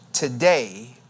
Today